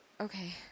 Okay